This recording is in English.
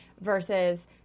versus